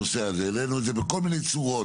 העלינו את זה בכל מיני צורות,